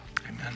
Amen